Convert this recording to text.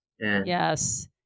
Yes